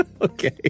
Okay